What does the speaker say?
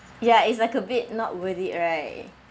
ya is like a bit not worth it right